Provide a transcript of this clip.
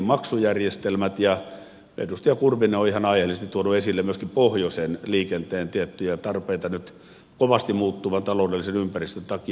edustaja kurvinen on ihan aiheellisesti tuonut esille myöskin pohjoisen liikenteen tiettyjä tarpeita nyt kovasti muuttuvan taloudellisen ympäristön takia